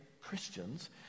Christians